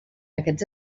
aquests